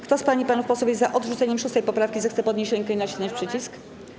Kto z pań i panów posłów jest za odrzuceniem 6. poprawki, zechce podnieść rękę i nacisnąć przycisk.